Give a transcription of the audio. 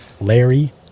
Larry